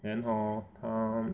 then hor 他